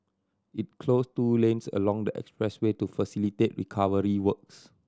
it closed two lanes along the expressway to facilitate recovery works